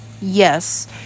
Yes